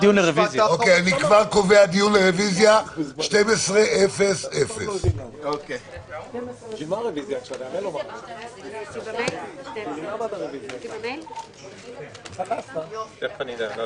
אני כבר קובע דיון לרוויזיה: 12:00. הישיבה ננעלה בשעה 11:25.